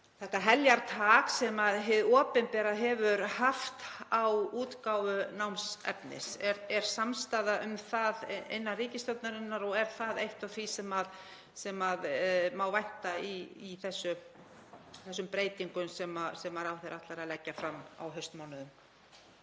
þetta heljartak sem hið opinbera hefur haft á útgáfu námsefnis. Er samstaða um það innan ríkisstjórnarinnar og er það eitt af því sem má vænta í þessum breytingum sem ráðherra ætlar að leggja fram á haustmánuðum?